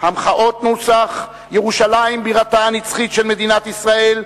המחאות נוסח "ירושלים בירתה הנצחית של מדינת ישראל",